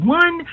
one